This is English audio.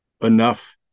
enough